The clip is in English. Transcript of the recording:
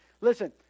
Listen